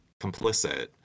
complicit